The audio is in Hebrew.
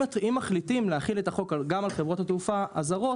אם מחליטים להחיל את החוק גם על חברות התעופה הזרות,